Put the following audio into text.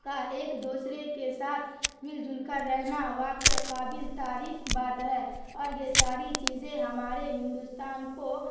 کا ایک دوسرے کے ساتھ مل جل کر رہنا واقع قابل تعریف بات ہے اور یہ ساری چیزیں ہمارے ہندوستان کو